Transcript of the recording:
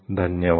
धन्यवाद